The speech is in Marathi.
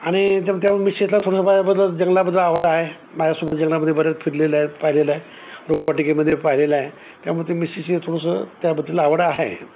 आणि त्या मिशेसला थोडसं बा याबद्दल जंगलाबद्दल आवड आहे माझ्यासोबत जंगलामध्ये बऱ्याच फिरलेला आहे पाहिलेलं आहे रोपवाटिकेमध्ये पाहिलेलं आहे त्यामुळे ते मिशेश हे थोडंसं त्याबद्दल आवड ह आहे